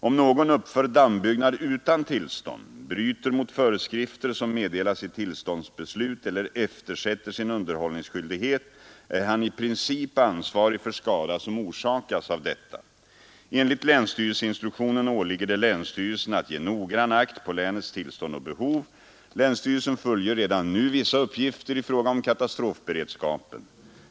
Om någon uppför dammbyggnad utan tillstånd, bryter mot föreskrifter som meddelas i tillståndsbeslut eller eftersätter sin underhållsskyldighet, är han i princip ansvarig för skada som orsakas av detta. Enligt länsstyrelseinstruktionen åligger det länsstyrelse att ge noggrann akt på länets tillstånd och behov. Länsstyrelsen fullgör redan nu vissa uppgifter i fråga om katastrofberedskapen.